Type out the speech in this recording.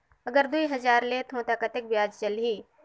अगर दुई हजार लेत हो ता कतेक ब्याज चलही?